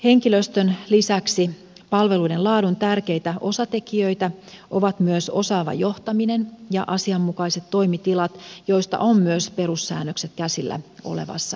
henkilöstön lisäksi palveluiden laadun tärkeitä osatekijöitä ovat myös osaava johtaminen ja asianmukaiset toimitilat joista myös on perussäännökset käsillä olevassa lakiesityksessä